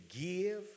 give